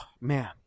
man